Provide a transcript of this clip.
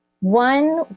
One